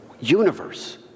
universe